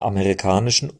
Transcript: amerikanischen